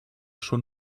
schon